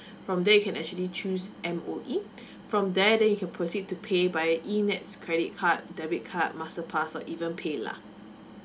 from there you can actually choose M_O_E from there then you can proceed to pay by E N_E_T_S credit card debit card master pass or even paylah